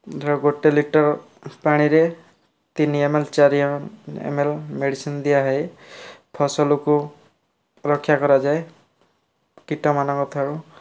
ଧର ଗୋଟେ ଲିଟର ପାଣିରେ ତିନି ଏମ୍ ଏଲ୍ ଚାରି M L M L medicine ଦିଆହୁଏ ଫସଲକୁ ରକ୍ଷା କରାଯାଏ କୀଟମାନଙ୍କ ଠାରୁ